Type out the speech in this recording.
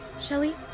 Shelly